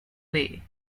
way